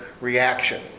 reaction